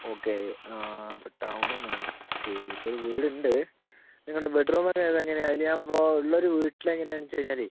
okay ആ അപ്പം ടൗണും വേണ്ട ശരി ഇപ്പം ഒരു വീട് ഉണ്ട് നിങ്ങളുടെ ബെഡ്റൂമ് അത് എങ്ങനെയാ അതിലെ ആവുമ്പം ഉള്ള ഒര് വീട്ടില് എങ്ങനെയാണെന്നൂ വെച്ച് കഴിഞ്ഞാല്